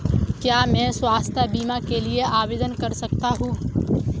क्या मैं स्वास्थ्य बीमा के लिए आवेदन कर सकता हूँ?